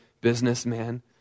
businessman